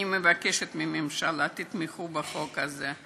אני מבקשת מהממשלה, תתמכו בחוק הזה.